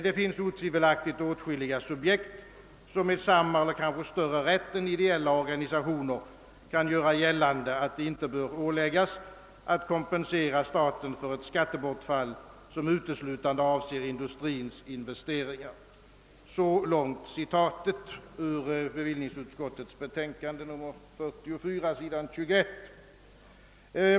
Det finns otvivelaktigt åtskilliga subjekt som med samma eller kanske större rätt än ——— ideella organisationer kan göra gällande att de inte bör åläggas att kompensera staten för ett skattebortfall som uteslutande avser industrins investeringar.» — Detta uttalande görs i bevillningsutskottets betänkande nr 44 på s. 21.